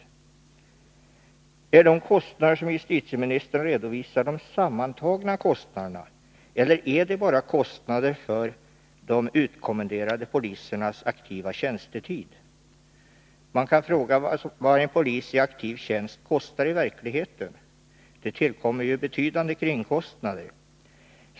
Är de kostnader som justitieministern redovisar de sammantagna kostnaderna, eller är det bara kostnader för de utkommenderade polisernas aktiva tjänstetid? Man kan fråga vad en polis i aktiv tjänst kostar i verkligheten. Det tillkommer ju betydande kringkostnader.